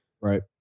Right